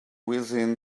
within